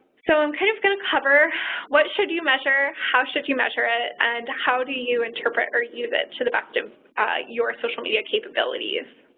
so i'm kind of going to cover what should you measure? how should you measure it? and how do you interpret or use it to the best of your social media capabilities?